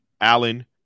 Allen